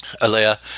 Alea